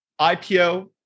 IPO